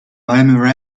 malmö